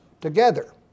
together